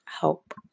help